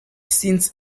since